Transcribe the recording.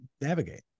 navigate